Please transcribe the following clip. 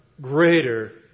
greater